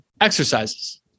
Exercises